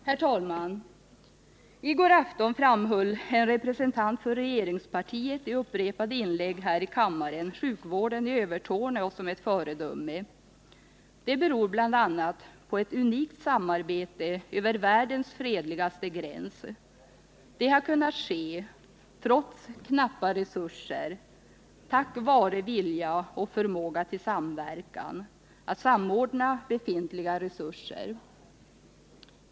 Herr talman! I går afton framhöll en representant för regeringspartiet i upprepade inlägg här i kammaren att sjukvården i Övertorneå som ett föredöme. Bakgrunden härtill är bl.a. ett unikt samarbete över världens fredligaste gräns. Det har kunnat ske trots knappa resurser, tack vare vilja och förmåga till samverkan och samordning av befintliga resurser.